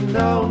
no